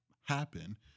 happen